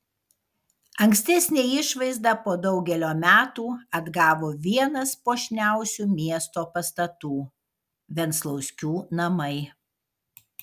ankstesnę išvaizdą po daugelio metų atgavo vienas puošniausių miesto pastatų venclauskių namai